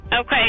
Okay